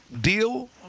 deal